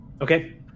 Okay